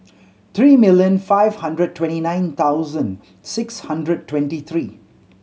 three million five hundred twenty nine thousand six hundred twenty three